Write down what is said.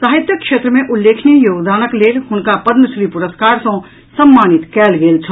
साहित्यक क्षेत्र मे उल्लेखनीय योगदानक लेल हुनका पद्म श्री पुरस्कार सँ सम्मानित कयल गेल छल